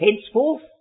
henceforth